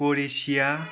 Croatia